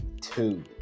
two